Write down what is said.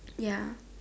ya